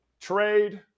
trade